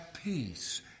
peace